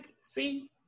see